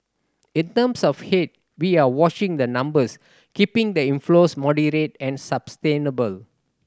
in terms of head we are watching the numbers keeping the inflows moderate and sustainable